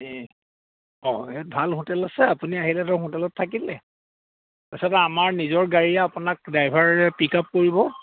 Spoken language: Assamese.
অঁ এই ভাল হোটেল আছে আপুনি আহিলে ধৰক ভাল হোটেলত থাকিলে তাৰপিছতে আমাৰ নিজৰ গাড়ীয়ে আপোনাক ড্ৰাইভাৰে পিক আপ কৰিব